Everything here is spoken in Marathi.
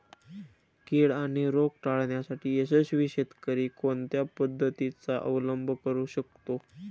कीड आणि रोग टाळण्यासाठी यशस्वी शेतकरी कोणत्या पद्धतींचा अवलंब करू शकतो?